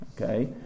Okay